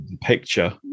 picture